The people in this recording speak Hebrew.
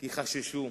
כי חששו.